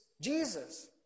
Jesus